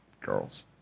girls